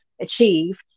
achieve